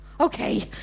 Okay